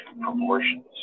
proportions